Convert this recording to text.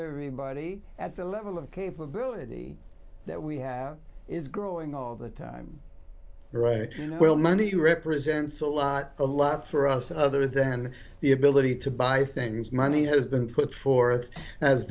me body at the level of capability that we have is growing all the time well money represents a lot a lot for us other than the ability to buy things money has been put forth as